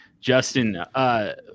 Justin